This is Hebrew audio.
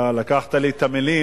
אתה לקחת לי את המלים.